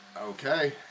Okay